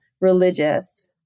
religious